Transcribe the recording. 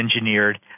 engineered